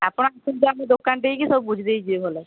ଆପଣ ଆସନ୍ତୁ ଆମ ଦୋକାନ ଠେଇକି ସବୁ ବୁଝି ଦେଇକି ଯିବେ